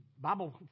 Bible